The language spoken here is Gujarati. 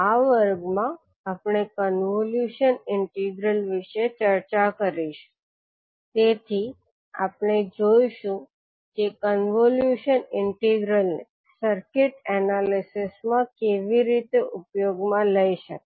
આ વર્ગમાં આપણે કન્વોલ્યુશન ઇન્ટિગ્રલ વિશે ચર્ચા કરીશું તેથી આપણે જોઈશું કે કન્વોલ્યુશન ઇન્ટિગ્રલ ને સર્કિટ એનાલિસિસ માં કેવી રીતે ઉપયોગમાં લઇ શકાય